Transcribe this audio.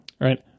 right